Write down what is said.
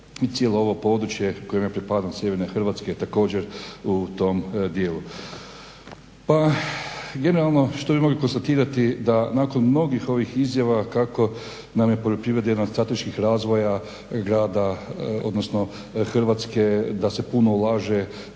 i cijelo ovo područje kojem ja pripadam sjeverne Hrvatske je također u tom dijelu. Pa generalno što bi mogli konstatirati da nakon mnogih ovih izjava kako nam je poljoprivreda jedan od strateških razvoja Hrvatske da se puno ulaže